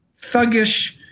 thuggish